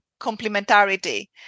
complementarity